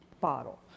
bottle